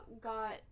got